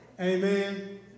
Amen